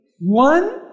One